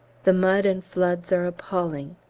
the mud and floods are appalling.